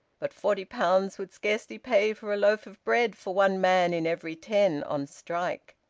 but forty pounds would scarcely pay for a loaf of bread for one man in every ten on strike.